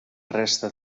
resta